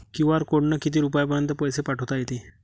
QR कोडनं किती रुपयापर्यंत पैसे पाठोता येते?